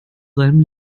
seinem